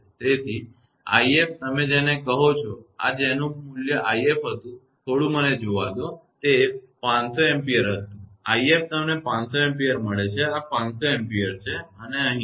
તેથી 𝑖𝑓 તમે જેને કહો છો આ જેનું પણ મૂલ્ય 𝑖𝑓 હતું થોડું મને જોવા દો તે 500 A હતું if તમને 500 A મળે છે આ 500 ampere છે અને અહીં છે